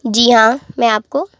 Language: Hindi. जी हाँ मैं आपको